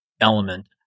element